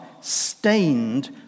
stained